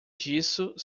disso